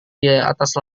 diatas